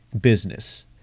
business